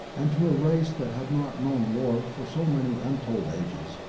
and to a race that had not known war for so many untold ages,